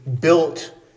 built